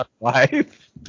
life